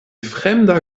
fremda